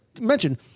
mention